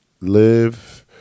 live